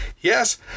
Yes